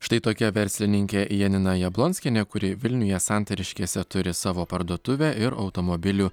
štai tokia verslininkė janina jablonskienė kuri vilniuje santariškėse turi savo parduotuvę ir automobilių